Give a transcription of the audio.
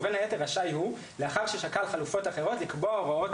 ובין היתר רשאי הוא לאחר ששקל חלופות אחרות לקבוע הוראות